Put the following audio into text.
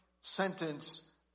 sentence